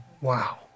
Wow